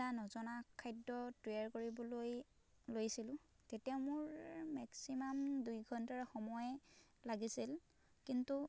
এটা নজনা খাদ্য তৈয়াৰ কৰিবলৈ লৈছিলোঁ তেতিয়া মোৰ মেক্সিমাম দুই ঘন্টাৰ সময় লাগিছিল কিন্তু